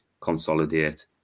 consolidate